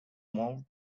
mowed